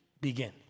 begin